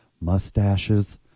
Mustaches